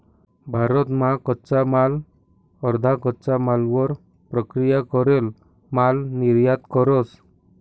भारत मा कच्चा माल अर्धा कच्चा मालवर प्रक्रिया करेल माल निर्यात करस